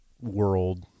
world